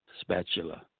spatula